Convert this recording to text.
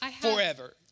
forever